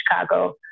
Chicago